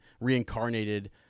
reincarnated